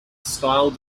style